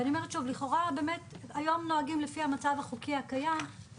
ולכאורה באמת היום נוהגים לפי המצב החוקי הקיים,